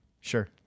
Sure